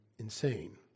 insane